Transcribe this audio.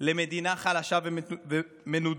למדינה חלשה ומנודה.